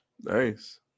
Nice